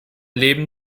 leben